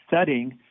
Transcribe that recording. setting